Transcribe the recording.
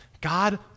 God